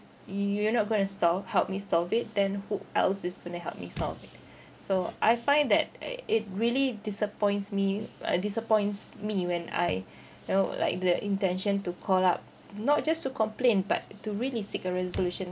you are not going to solve help me solve it then who else is going to help me solve it so I find that uh it really disappoints me uh disappoints me when I you know like the intention to call up not just to complain but to really seek a resolution